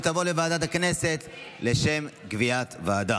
היא תעבור לוועדת הכנסת לשם קביעת ועדה.